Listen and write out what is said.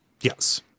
Yes